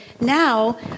now